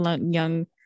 young